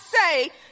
say